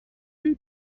who